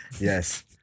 Yes